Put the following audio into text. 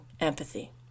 empathy